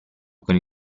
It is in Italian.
con